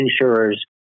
insurers